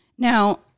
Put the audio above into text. Now